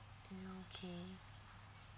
okay